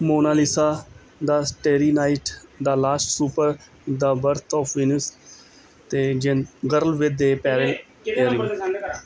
Mona Lisa ਦਾ starry night ਦਾ last supper ਦਾ ਵਰਤ ਆਫ ਵਿਨਸ ਅਤੇ ਜਿਨ girl with a pearl earring